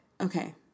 Okay